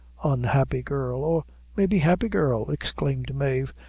unhappy girl or maybe happy girl, exclaimed mave,